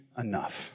enough